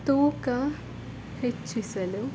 ತೂಕ ಹೆಚ್ಚಿಸಲು